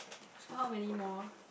so how many more